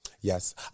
Yes